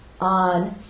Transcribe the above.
on